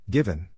Given